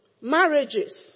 Marriages